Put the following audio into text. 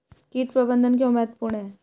कीट प्रबंधन क्यों महत्वपूर्ण है?